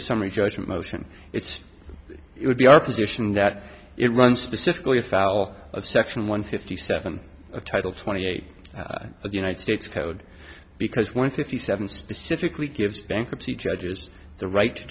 the summary judgment motion it's it would be our position that it runs specifically afoul of section one fifty seven a title twenty eight of the united states code because one hundred fifty seven specifically gives bankruptcy judges the right to